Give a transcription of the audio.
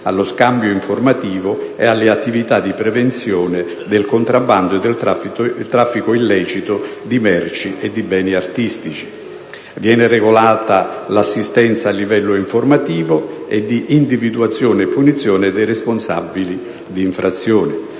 allo scambio informativo e alle attività di prevenzione del contrabbando e del traffico illecito di merci e di beni artistici. Viene regolata l'assistenza a livello informativo e di individuazione e punizione dei responsabili di infrazioni.